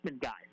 guys